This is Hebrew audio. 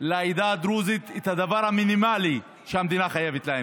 לעדה הדרוזית את הדבר המינימלי שהמדינה חייבת לה.